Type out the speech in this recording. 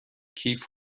کیف